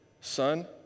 Son